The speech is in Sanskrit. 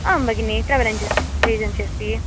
आम् भगिनी ट्रावेल् एन्जस् एजेन्सि अस्ती